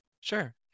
Sure